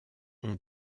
ont